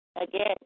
Again